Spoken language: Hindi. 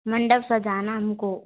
मंडप सजाना हमको